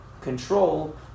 control